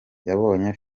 yabonye